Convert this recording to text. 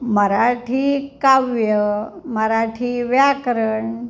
मराठी काव्य मराठी व्याकरण